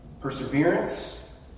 Perseverance